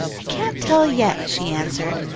i can't tell yet, she answered,